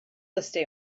estate